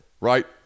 right